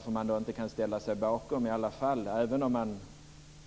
Kristdemokraterna